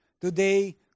Today